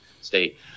State